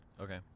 Okay